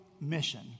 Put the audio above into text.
mission